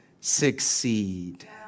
succeed